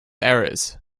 errors